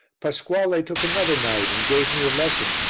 pasquale took another knight and gave me a lesson,